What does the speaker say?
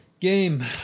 Game